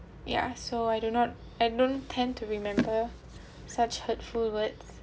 ya so I do not I don't tend to remember such hurtful words